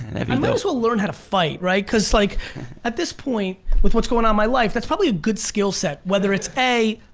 and well learn how to fight, right? cause like at this point with what's going on my life, that's probably a good skill set, whether it's a,